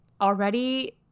already